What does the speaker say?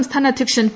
സംസ്ഥാന അധൃക്ഷൻ പി